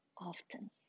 often